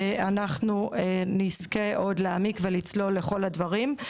אנחנו נזכה עוד להעמיק ולצלול לכל הדברים.